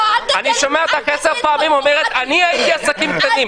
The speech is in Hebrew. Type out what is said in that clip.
אני שומע אותך עשר פעמים אומרת: אני הייתי עסקים קטנים.